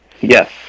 Yes